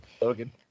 Logan